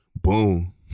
Boom